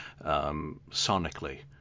sonically